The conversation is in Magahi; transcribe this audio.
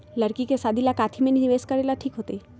लड़की के शादी ला काथी में निवेस करेला ठीक होतई?